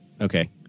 Okay